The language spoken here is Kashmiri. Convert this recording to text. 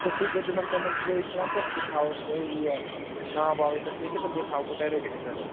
تُہۍ کٔرۍزیٚو مےٚ صُبحٲے فون تہٕ بہٕ تھاہو تۄہہِ یہِ ناو واو ییٚتٮ۪تھ لیٖکھِتھ تہٕ بیٚیہِ تھاوو بہٕ تۄہہِ رٔٹِتھ یہِ ٹٔرف